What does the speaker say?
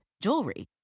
jewelry